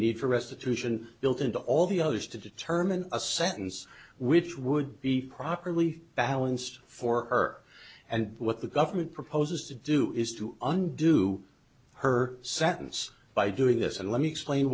need for restitution built into all the others to determine a sentence which would be properly balanced for her and what the government proposes to do is to undo her sentence by doing this and let me explain